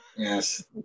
yes